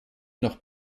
noch